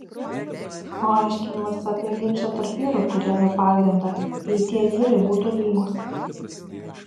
o aiškinimas apie ginčą tarp vyrų turėtų pagrindą jei tie vyrai būtų lygūs